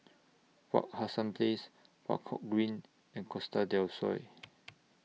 Wak Hassan Place Buangkok Green and Costa Del Sol